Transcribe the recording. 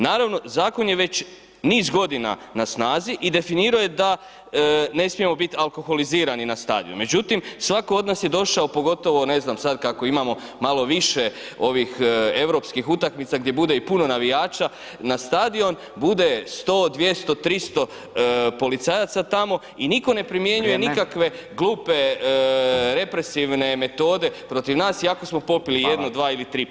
Naravno, zakon je već niz godina na snazi i definiro je da ne smijemo bit alkoholizirani na stadionima, međutim svako od nas je došao, pogotovo ne znam sad kako imamo malo više ovih europskih utakmica gdje bude i puno navijača na stadion, bude 100, 200, 300 policajaca tamo i niko [[Upadica: Vrijeme]] ne primjenjuje nikakve glupe represivne metode protiv nas iako smo popili [[Upadica: Fala]] jednu, dva ili tri piva.